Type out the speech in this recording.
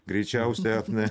greičiausia ar ne